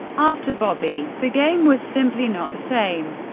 after bobby, the game was simply not the same.